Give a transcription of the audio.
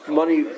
money